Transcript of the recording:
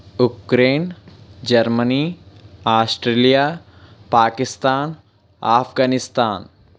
Ukraine Germany Australia Pakistan Afghanistan